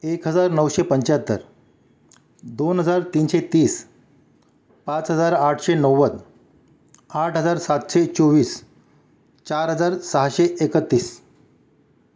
एक हजार नऊशे पंच्याहत्तर दोन हजार तीनशे तीस पाच हजार आठशे नव्वद आठ हजार सातशे चोवीस चार हजार सहाशे एकतीस